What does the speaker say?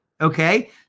okay